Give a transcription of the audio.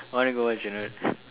want to go watch or not